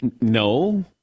No